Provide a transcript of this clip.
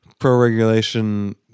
pro-regulation